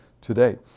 today